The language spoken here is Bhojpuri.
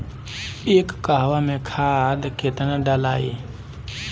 एक कहवा मे खाद केतना ढालाई?